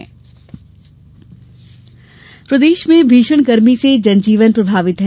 मौसम प्रदेश में भीषण गर्मी से जनजीवन प्रभावित है